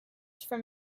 from